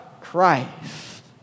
Christ